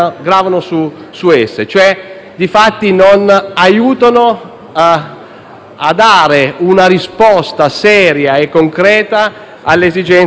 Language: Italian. cioè non aiutano a dare una risposta seria e concreta alle esigenze degli abitanti.